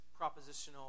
propositional